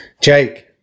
Jake